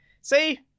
see